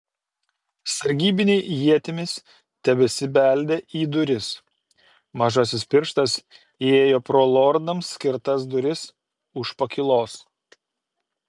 sargybiniai ietimis tebesibeldė į duris mažasis pirštas įėjo pro lordams skirtas duris už pakylos